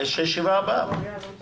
הישיבה ננעלה בשעה